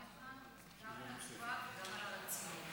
אני מודה לך גם על התשובה וגם על הרצינות.